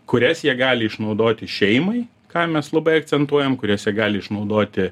kurias jie gali išnaudoti šeimai ką mes labai akcentuojam kurias jie gali išnaudoti